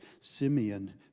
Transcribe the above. Simeon